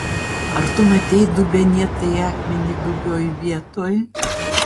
ar tu matei dubenėtąjį akmenį dubioj vietoj